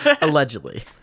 allegedly